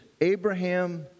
Abraham